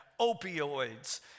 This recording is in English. opioids